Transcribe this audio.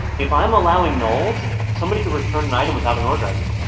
if i'm allowing nulls somebody could return an item without an order id.